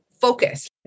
focus